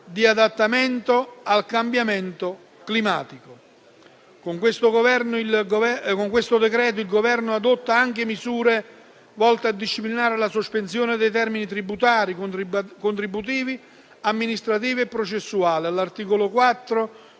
di adattamento al cambiamento climatico. Con questo decreto-legge, il Governo adotta anche misure volte a disciplinare la sospensione dei termini tributari, contributivi, amministrativi e processuali. All'articolo 4,